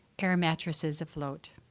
air mattresses afloat